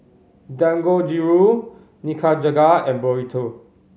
Dangojiru Nikujaga and Burrito